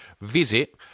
Visit